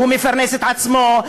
הוא מפרנס את עצמו,